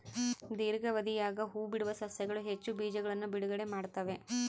ದೀರ್ಘಾವಧಿಯಾಗ ಹೂಬಿಡುವ ಸಸ್ಯಗಳು ಹೆಚ್ಚು ಬೀಜಗಳನ್ನು ಬಿಡುಗಡೆ ಮಾಡ್ತ್ತವೆ